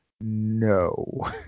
no